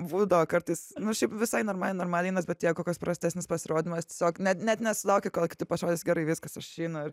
būdavo kartais nu šiaip visai normaliai normaliai einas bet jeigu koks prastesnis pasirodymas tiesiog net net nesulauki kol kiti pasirodys gerai viskas aš išeinu ir